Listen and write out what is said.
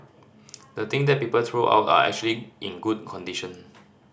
the thing that people throw out are actually in good condition